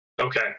Okay